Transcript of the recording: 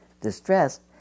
distressed